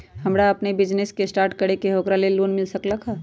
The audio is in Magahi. हमरा अपन बिजनेस स्टार्ट करे के है ओकरा लेल लोन मिल सकलक ह?